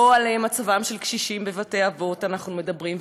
לא על מצבם של קשישים בבתי-אבות אנחנו מדברים,